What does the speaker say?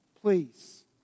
please